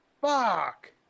Fuck